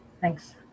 thanks